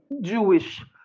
Jewish